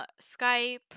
Skype